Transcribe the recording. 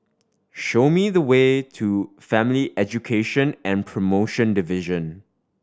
show me the way to Family Education and Promotion Division